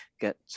get